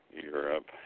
Europe